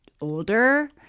older